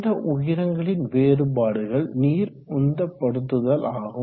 இந்த உயரங்களின் வேறுபாடுகள் நீர் உந்தப்படுத்துதலாகும்